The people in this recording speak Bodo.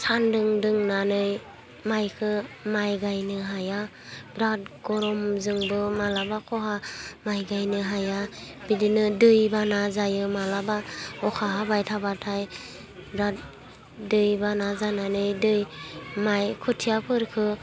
सान्दुं दुंनानै मायखो माय गायनो हाया बिराद गरमजोंबो मालाबा खहा माय गायनो हाया बिदिनो दैबाना जायो मालाबा अखा हाबाय थाबाथाय बिराद दैबाना जानानै दै माय खोथियाफोरखौ